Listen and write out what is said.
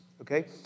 okay